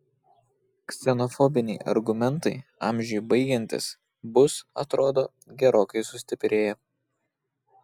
ksenofobiniai argumentai amžiui baigiantis bus atrodo gerokai sustiprėję